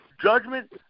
judgment